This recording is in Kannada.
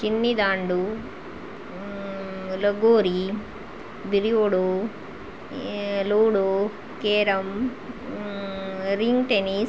ಚಿನ್ನಿದಾಂಡು ಲಗೋರಿ ಬಿರಿವೊಡು ಲೂಡೋ ಕೇರಮ್ ರಿಂಗ್ ಟೆನೀಸ್